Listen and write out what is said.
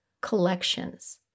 collections